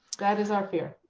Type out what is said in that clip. that is our fear.